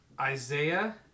Isaiah